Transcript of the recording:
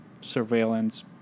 surveillance